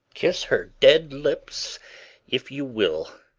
kiss her dead lips if you will,